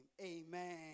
amen